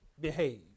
behave